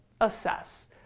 assess